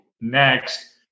next